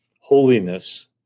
holiness